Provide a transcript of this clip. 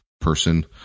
person